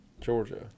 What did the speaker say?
Georgia